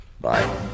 Bye